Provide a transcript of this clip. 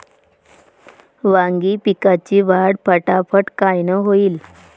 वांगी पिकाची वाढ फटाफट कायनं होईल?